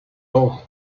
dos